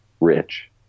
rich